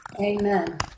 Amen